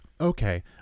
Okay